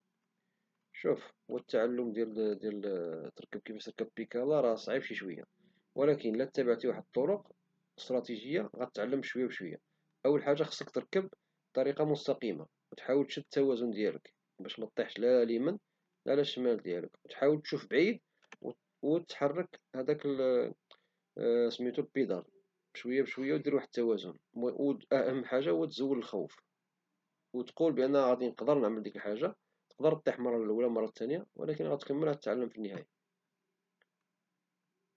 شوف هو التعلم ديال كفاش تركب بيكالا صعيب شي شوية ولكن الى تبعتي واحد الطرق استراتيجية غتعلم شوي بشوية اول حاجة خاصك تركب بطريقة مستقيمة او تحاول تشد التوازن ديالك باش مطيحش لا اليمين لا على الشمال ديالك او تحاول تشوف بعيد او تحرك هداك سميتو البيدال شوية بشوية او دير واحد التوازن او اهم حاجة تزول الحوف او تقول بان غادي نقدر نعمل ديك الحاجة تقدر طيح المرة لولى المرة الثانية ولكن غتكمل غتعلم في النهاية